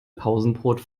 pausenbrot